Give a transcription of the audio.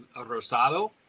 rosado